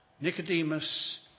Nicodemus